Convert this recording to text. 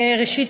ראשית,